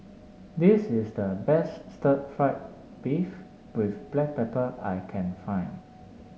this is the best Stir Fried Beef with Black Pepper I can find